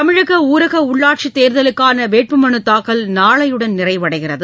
தமிழக ஊரக உள்ளாட்சித் தேர்தலுக்கான வேட்பு மனு தாக்கல் நாளையுடன் நிறைவடைகிறது